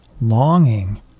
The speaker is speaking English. longing